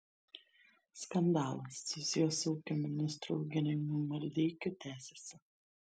skandalas susijęs su ūkio ministru eugenijumi maldeikiu tęsiasi